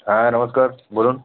হ্যাঁ নমস্কার বলুন